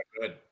good